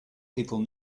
people